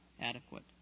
adequate